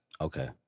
Okay